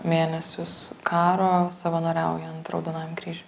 mėnesius karo savanoriaujant raudonajam kryžiuj